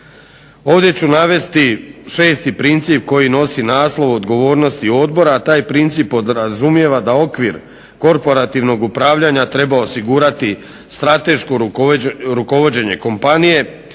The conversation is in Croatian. Ovdje ću navesti šesti princip koji nosi naslov odgovornosti odbora, a taj princip podrazumijeva da okvir korporativnog upravljanja treba osigurati strateško rukovođenje kompanije,